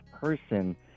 person